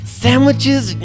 sandwiches